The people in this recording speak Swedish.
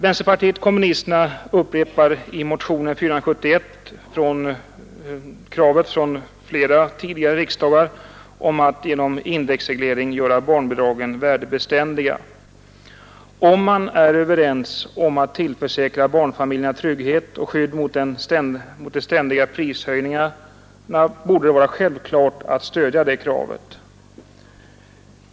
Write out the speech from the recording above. Vänsterpartiet kommunisterna upprepar i motionen 471 kravet från flera tidigare riksdagar om att genom indexreglering göra barnbidragen värdebeständiga. Är man överens om att tillförsäkra barnfamiljerna trygghet och skydd mot de ständiga prishöjningarna borde det vara självklart att stödja det kravet.